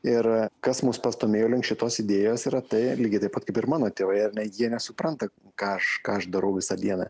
ir kas mus pastūmėjo link šitos idėjos yra tai lygiai taip pat kaip ir mano tėvai jie nesupranta ką aš ką aš darau visą dieną